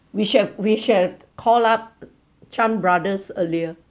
we shall we shall call up Chan brothers earlier